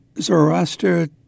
Zoroaster